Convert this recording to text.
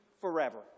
forever